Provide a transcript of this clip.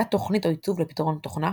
קביעת תוכנית או עיצוב לפתרון תוכנה